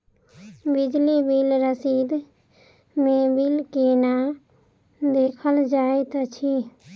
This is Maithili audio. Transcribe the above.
बिजली बिल रसीद मे बिल केना देखल जाइत अछि?